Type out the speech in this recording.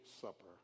supper